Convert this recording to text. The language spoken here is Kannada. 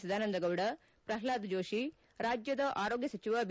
ಸದಾನಂದಗೌಡ ಪ್ರಹ್ನಾದ್ ಜೋಷಿ ರಾಜ್ಯದ ಆರೋಗ್ಯ ಸಚಿವ ಬಿ